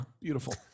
beautiful